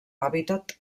hàbitat